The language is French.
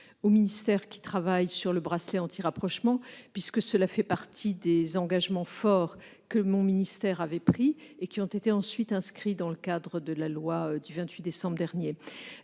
au ministère qui travaillent sur le bracelet anti-rapprochement, puisque cela fait partie des engagements forts que mon ministère avait pris, et qui ont été ensuite inscrits dans le cadre de la loi du 28 décembre dernier.